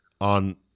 on